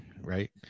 right